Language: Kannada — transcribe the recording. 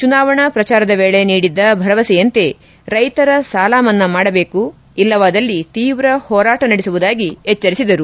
ಚುನಾವಣಾ ಪ್ರಚಾರದ ವೇಳೆ ನೀಡಿದ್ದ ಭರವಸೆಯಂತೆ ರೈತರ ಸಾಲ ಮನ್ನಾ ಮಾಡಬೇಕು ಇಲ್ಲವಾದಲ್ಲಿ ತೀವ್ರ ಹೋರಾಟ ನಡೆಸುವುದಾಗಿ ಎಚ್ಚರಿಸಿದರು